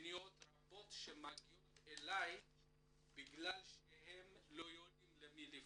פניות רבות שמגיעות אלי בגלל שהם לא יודעים למי לפנות.